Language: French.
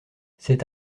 cet